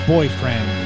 Boyfriend